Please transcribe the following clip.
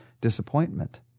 disappointment